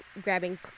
grabbing